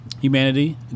Humanity